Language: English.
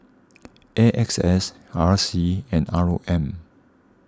A X S R C and R O M